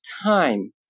Time